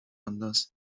anders